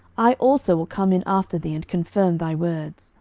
i also will come in after thee, and confirm thy words